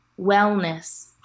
wellness